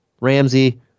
Ramsey